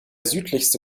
südlichste